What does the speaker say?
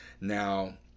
now